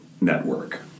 network